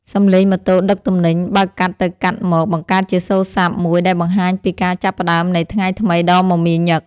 សម្លេងម៉ូតូដឹកទំនិញបើកកាត់ទៅកាត់មកបង្កើតជាសូរសព្ទមួយដែលបង្ហាញពីការចាប់ផ្ដើមនៃថ្ងៃថ្មីដ៏មមាញឹក។